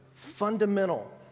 fundamental